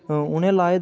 उ'नें लाए दा